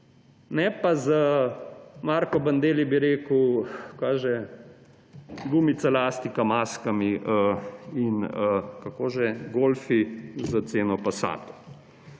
Ne pa z, Marko Bandelli bi rekel kaj že, »gumica ‒ elastika maskami« in – kako že?– »golfi za ceno passatov«,